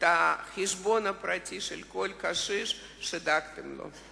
אלא החשבון הפרטי של כל קשיש שדאגתם לו.